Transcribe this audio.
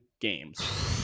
games